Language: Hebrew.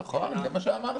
נכון, זה מה שאמרתי.